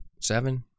Seven